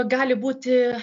gali būti